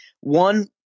One